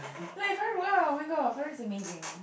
like Farouk ah oh-my-god Farouk is amazing